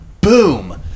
boom